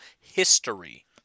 history